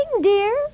dear